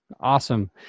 Awesome